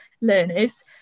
learners